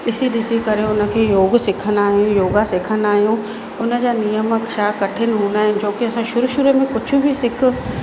ॾिसी ॾिसी करे हुन खे योग सिखंदा आहियूं योगा सिखंदा आहियूं हुन जा नियम हेॾा कठिन हूंदा आहिनि छोकी असां शुरू शुरू कुझु बि सिख